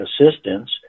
assistance